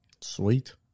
Sweet